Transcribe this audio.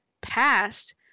past